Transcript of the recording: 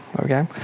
okay